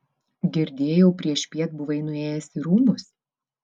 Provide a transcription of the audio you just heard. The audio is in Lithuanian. girdėjau priešpiet buvai nuėjęs į rūmus